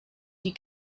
die